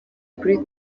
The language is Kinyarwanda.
kuri